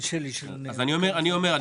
אז אני אומר,